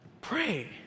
Pray